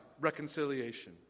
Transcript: Reconciliation